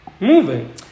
moving